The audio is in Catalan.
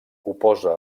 oposa